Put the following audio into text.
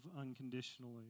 unconditionally